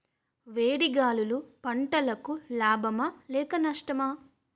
వేడి గాలులు పంటలకు లాభమా లేక నష్టమా?